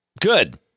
good